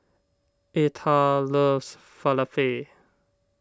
Eartha loves Falafel